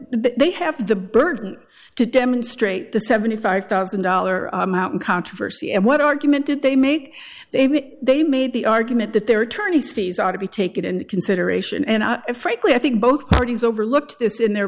have the burden to demonstrate the seventy five thousand dollar amount in controversy and what argument did they make it they made the argument that their attorneys fees are to be taken into consideration and frankly i think both parties overlooked this in their